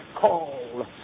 call